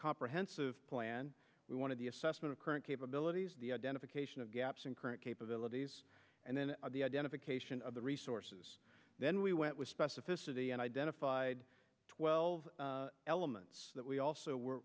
comprehensive plan we wanted the assessment of current capability dedication of gaps in current capabilities and then the identification of the resources then we went with specificity and identified twelve elements that we also were